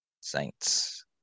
Saints